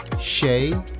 Shay